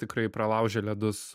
tikrai pralaužė ledus